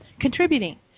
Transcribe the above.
contributing